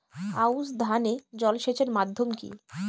আউশ ধান এ জলসেচের মাধ্যম কি?